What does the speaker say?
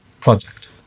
project